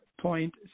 point